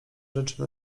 rzeczy